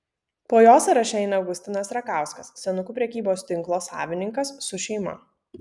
po jo sąraše eina augustinas rakauskas senukų prekybos tinko savininkas su šeima